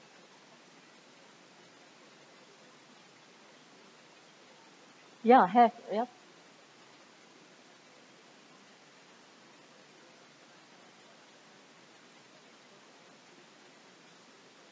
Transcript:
ya have yup